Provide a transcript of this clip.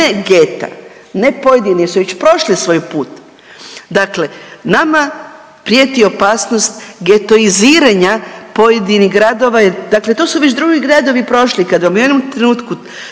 ne geta, ne pojedini jer su već prošli svoj put. Dakle, nama prijeti opasnost getoiziranja pojedinih gradova, jer dakle to su već drugi gradovi prošli. Kad u jednom trenutku